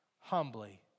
humbly